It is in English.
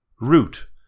Root